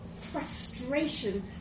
frustration